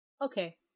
okay